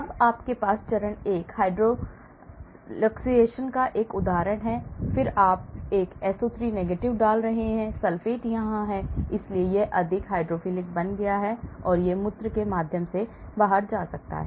अब आपके पास चरण 1 हाइड्रॉक्सिलेशन का एक उदाहरण है और फिर आप एक SO3 डाल रहे हैं सल्फेट यहां आया है इसलिए यह अधिक हाइड्रोफिलिक बन गया है इसलिए यह मूत्र के माध्यम से जा सकता है